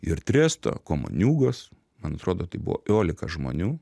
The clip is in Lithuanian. ir tresto komuniūgos man atrodo tai buvo iolika žmonių